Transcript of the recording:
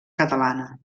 catalana